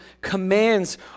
commands